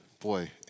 boy